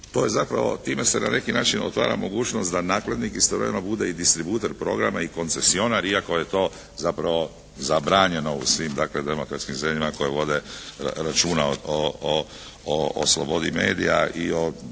time se na neki način otvara mogućnost da nakladnik istovremeno bude i distributer programa i koncesionar iako je to zapravo zabranjeno u svim dakle demokratskim zemljama koje vode računa o slobodi medija i o